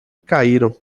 caíram